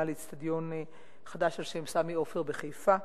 לאיצטדיון חדש על-שם סמי עופר בחיפה,